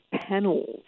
panels